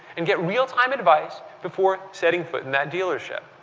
and get realtime advice before set ting foot in that dealership.